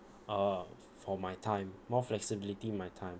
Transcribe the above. uh for my time more flexibility my time